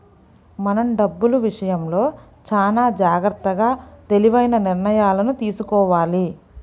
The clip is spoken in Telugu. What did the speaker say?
మనం డబ్బులు విషయంలో చానా జాగర్తగా తెలివైన నిర్ణయాలను తీసుకోవాలి